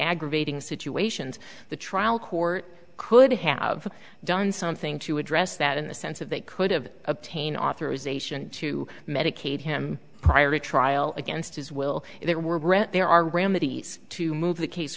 aggravating situations the trial court could have done something to address that in the sense of they could have obtained authorization to medicate him prior to trial against his will there were there are ram of these to move the case